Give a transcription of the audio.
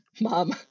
mom